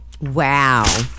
Wow